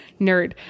nerd